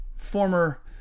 former